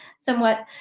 somewhat,